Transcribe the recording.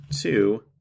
two